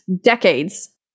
decades